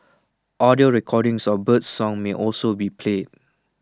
audio recordings of birdsong may also be played